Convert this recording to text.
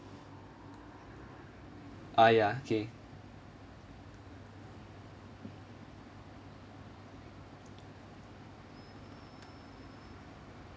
ah ya okay